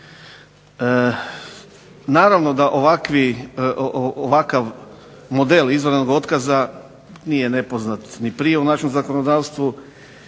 Naravno da ovakav model izvanrednog otkaza nije nepoznat ni prije u našem zakonodavstvu,